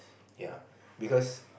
ya because